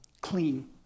clean